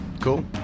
Cool